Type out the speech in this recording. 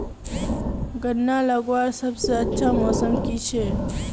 गन्ना लगवार सबसे अच्छा मौसम की छे?